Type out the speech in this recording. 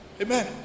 Amen